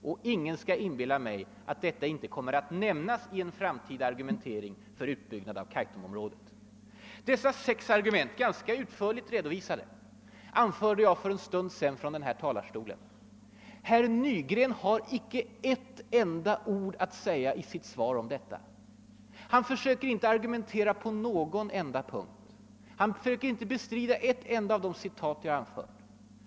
Ingen skall försöka inbil la mig, att detta inte kommer att nämnas i en framtida argumentering för utbyggnad i Kaitumområdet. De här sex argumenten, som redovisats ganska utförligt i många inlägg, anförde jag för en stund sedan från denna talarstol. Herr Nygren hade icke ett enda ord att säga i sitt anförande om detta. Han försökte inte argumentera på en enda punkt. Han bestred inte ett enda av de citat jag lämnade.